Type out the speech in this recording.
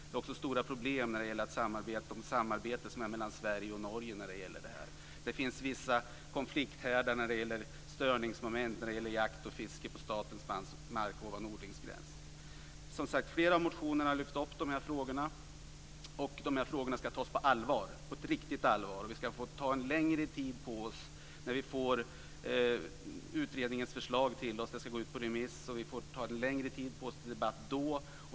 Det är också stora problem med samarbetet mellan Sverige och Norge. Det finns vissa konflikthärdar och störningsmoment när det gäller jakt och fiske på statens mark ovan odlingsgränsen. I flera motioner har man alltså lyft upp de här frågorna, och de ska tas på riktigt allvar. Vi ska ta längre tid på oss när vi får utredningens förslag. Den ska gå ut på remiss, och vi får då längre tid på oss för debatt.